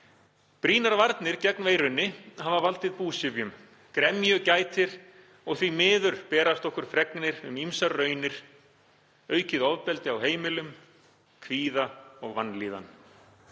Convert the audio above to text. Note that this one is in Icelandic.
Brýnar varnir gegn veirunni hafa valdið búsifjum. Gremju gætir og því miður berast okkur fregnir um ýmsar raunir, aukið ofbeldi á heimilum, kvíða og vanlíðan.